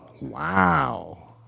wow